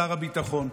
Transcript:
שר הביטחון.